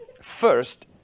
first